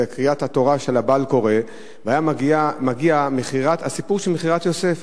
קריאת התורה של הבעל הקורא את סיפור מכירת יוסף,